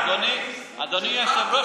אדוני היושב-ראש,